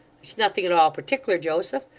it's nothing at all partickler, joseph.